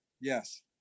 yes